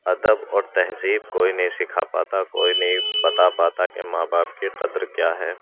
ادب اور تہذیب کوئی نہیں سکھا پاتا کوئی نہیں بتا پاتا کہ ماں باپ کی قدر کیا ہے